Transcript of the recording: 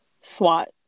swat